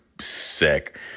sick